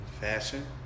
fashion